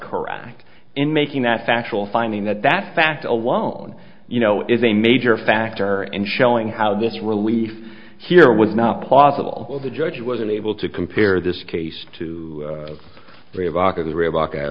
correct in making that factual finding that that fact alone you know is a major factor and showing how this relief here was not plausible the judge was unable to compare this case to three o